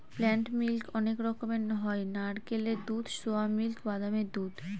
plant milk অনেক রকমের হয় নারকেলের দুধ, সোয়া মিল্ক, বাদামের দুধ